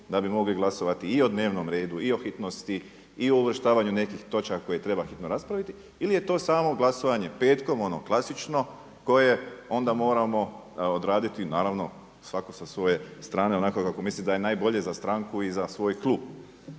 da bi mogli glasovati i o dnevnom redu i o hitnosti i o uvrštavanju nekih točaka koje treba hitno raspraviti ili je to samo glasovanje petkom ono klasično koje onda moramo odraditi naravno svako sa svoje strane onako kako misli da je najbolje za stranku i za svoj klub.